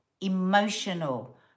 emotional